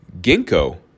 ginkgo